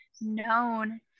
known